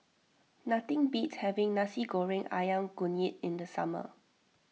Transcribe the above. nothing beats having Nasi Goreng Ayam Kunyit in the summer